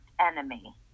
enemy